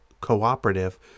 cooperative